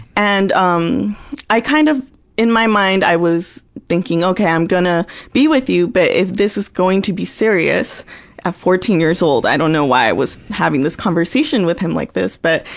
and um i kind of in my mind, i was thinking, okay, i'm gonna be with you, but if this is going to be serious at fourteen years old, i don't know why i was having this conversation with him like this but,